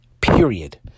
Period